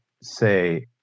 say